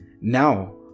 Now